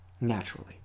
naturally